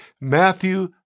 Matthew